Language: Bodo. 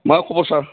मा खबर सार